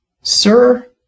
Sir